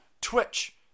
Twitch